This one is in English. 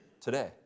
today